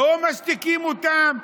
לא משתיקים אותם,